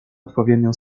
odpowiednią